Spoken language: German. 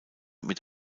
mit